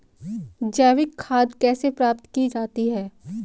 जैविक खाद कैसे प्राप्त की जाती है?